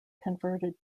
converted